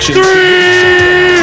Three